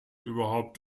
überhaupt